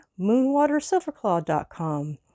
moonwatersilverclaw.com